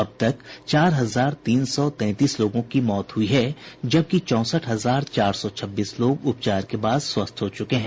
अब तक चार हजार तीन सौ तैंतीस लोगों की मौत हुई है जबकि चौंसठ हजार चार सौ छब्बीस लोग उपचार के बाद स्वस्थ हो चुके हैं